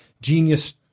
genius